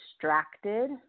distracted